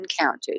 encountered